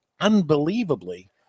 unbelievably